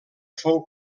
fou